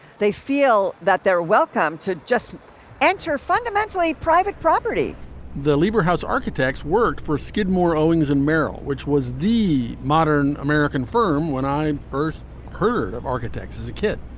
they feel that they're welcome to just enter fundamentally private property the leber house architects worked for skidmore, owings and merrill, which was the modern american firm when i first heard of architects as a kid.